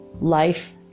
Life